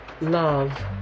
love